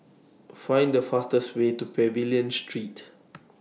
Find The fastest Way to Pavilion Street